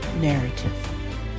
narrative